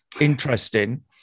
interesting